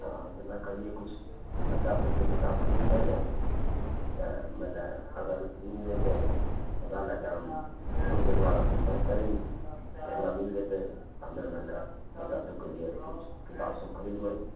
हँ तऽ हमे कहलियै किछु बच्चा सबके किताब खरीदने रहै तऽ मानि लै अगर मिल जेतै तऽ ओएह लए कऽ हम फोनके द्वारा सम्पर्क करै ही जे हमरा मिल जेतै हमे मानि लऽ बच्चा सबके लिए किछु किताब सब खरीदबै